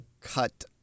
Cut